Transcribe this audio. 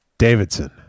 Davidson